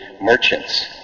merchants